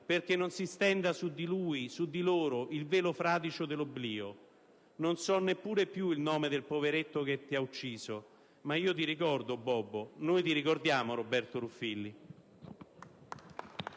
perché non si stenda su di lui, su loro, "il velo fradicio dell'oblio". Non so neppure più il nome del poveretto che ti ha ucciso, ma io ti ricordo, Bobo. Noi ti ricordiamo, Roberto Ruffilli.